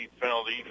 penalty